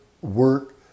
work